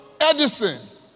Edison